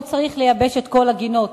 לא צריך לייבש את כל הגינות,